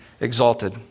exalted